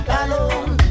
alone